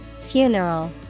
Funeral